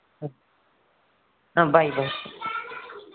ಹಾಂ ಬಾಯ್ ಬಾಯ್